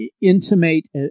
intimate